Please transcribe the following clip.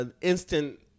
instant